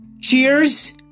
Cheers